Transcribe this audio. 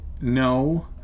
No